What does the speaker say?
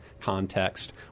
context